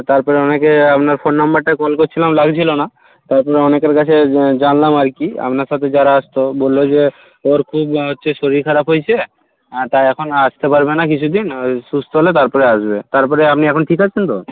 তারপরে অনেকে আপনার ফোন নাম্বারটায় কল করছিলাম লাগছিল না তারপরে অনেকের কাছে জানলাম আর কি আপনার সাথে যারা আসত বলল যে ওর খুব হচ্ছে শরীর খারাপ হয়েছে আর তাই এখন আসতে পারবে না কিছুদিন ওই সুস্থ হলে তারপরে আসবে তারপরে আপনি এখন ঠিক আছেন তো